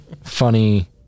Funny